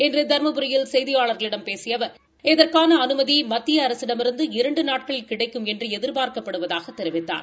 இன்று தருமபுரியில் செய்தியாளர்களிடம் பேசிய அவர் இதற்கான அனுமதி மத்திய அரசிடமிருந்து இரண்டு நாட்களில் கிடைக்கும் என்று எதிர்பார்க்கப்படுவதாகத் தெரிவித்தார்